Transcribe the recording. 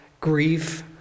grief